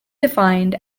defined